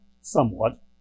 somewhat